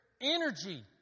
energy